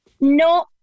No